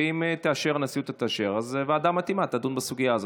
ואם הנשיאות תאשר אז הוועדה המתאימה תדון בסוגיה הזאת.